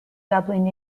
dublin